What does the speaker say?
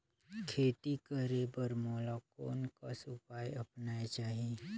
खेती करे बर मोला कोन कस उपाय अपनाये चाही?